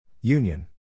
Union